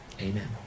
amen